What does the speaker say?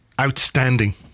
Outstanding